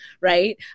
right